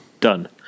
done